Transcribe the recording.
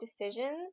decisions